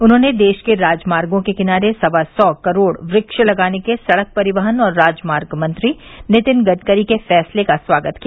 उन्होंने देश के राजमार्गो के किनारे सवा सौ करोड़ वृक्ष लगाने के सड़क परिवहन और राजमार्ग मंत्री नितिन गडकरी के फैसले का स्वागत किया